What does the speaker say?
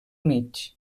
mig